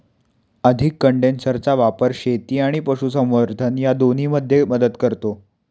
अधिक कंडेन्सरचा वापर शेती आणि पशुसंवर्धन या दोन्हींमध्ये मदत करतो